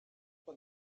man